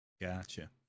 Gotcha